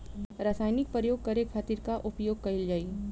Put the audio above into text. रसायनिक प्रयोग करे खातिर का उपयोग कईल जाइ?